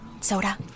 Soda